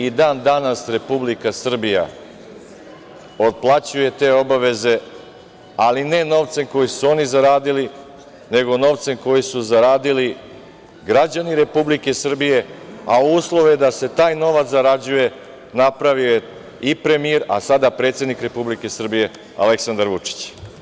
I dan-danas Republika Srbija otplaćuje te obaveze, ali ne novcem koji su oni zaradili, nego novcem koji su zaradili građani Republike Srbije, a uslove da se taj novac zarađuje napravio je i premijer, a sada predsednik Republike Srbije Aleksandar Vučić.